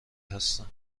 هستم